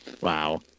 wow